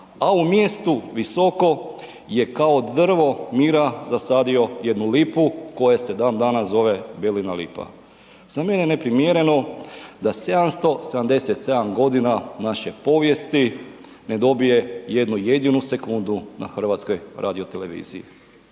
a u mjestu Visoko je kao drvo mira zasadio jednu lipu koja se dan danas zove Belina lipa. Za mene je neprimjereno da 777 godina naše povijesti ne dobije jednu jedinu sekundu na HRT-u. I smatram